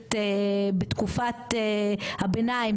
כנסת בתקופת הביניים,